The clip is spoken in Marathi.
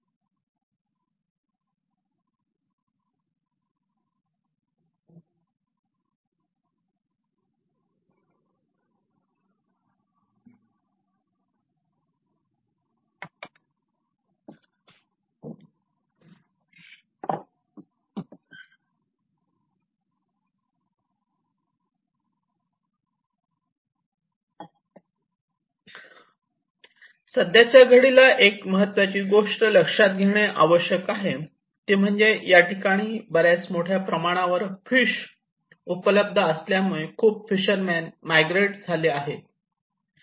Video Start Time 2154 Video End Time 3151 सध्याच्या घडीला एक महत्त्वाची गोष्ट लक्षात घेणे आवश्यक आहे ती म्हणजे या ठिकाणी बऱ्याच मोठ्या प्रमाणावर फिश उपलब्ध असल्यामुळे खूप फिशर मेन मायग्रेट झाले आहेत